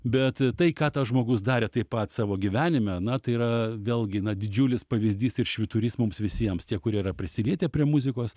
bet tai ką tas žmogus darė taip pat savo gyvenime na tai yra vėlgi na didžiulis pavyzdys ir švyturys mums visiems tie kurie yra prisilietę prie muzikos